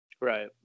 Right